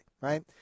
Right